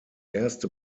erste